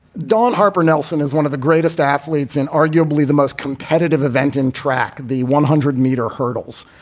dawn harper nelson is one of the greatest athletes and arguably the most competitive event in track, the one hundred meter hurdles.